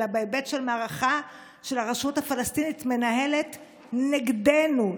אלא בהיבט של מערכה שהרשות הפלסטינית מנהלת נגדנו,